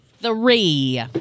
Three